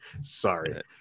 Sorry